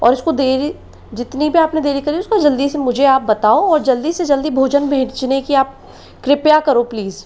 और इसको देरी जितनी भी आपने देरी करी उसको जल्दी से मुझे आप बताओ और जल्दी से जल्दी भोजन भेजने की आप कृपया करो प्लीज़